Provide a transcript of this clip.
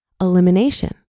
Elimination